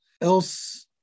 else